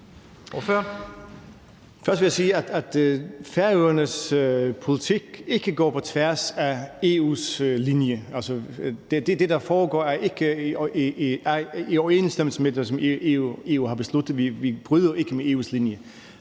Først vil jeg sige, at Færøernes politik ikke går på tværs af EU's linje. Det, der foregår, er i overensstemmelse med det, som EU har besluttet; vi bryder ikke med EU's linje.